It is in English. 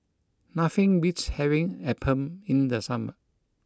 Nothing beats having Appam in the summer